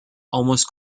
almost